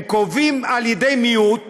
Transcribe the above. הם קובעים על ידי מיעוט